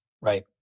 Right